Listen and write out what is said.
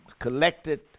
collected